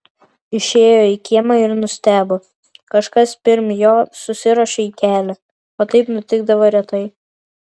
išėjo į kiemą ir nustebo kažkas pirm jo susiruošė į kelią o taip nutikdavo retai